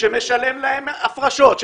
שמשלם להם הפרשות,